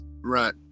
Right